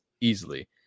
easily